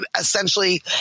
essentially